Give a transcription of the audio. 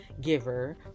giver